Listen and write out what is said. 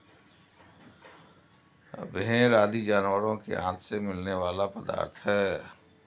भेंड़ आदि जानवरों के आँत से मिलने वाला पदार्थ है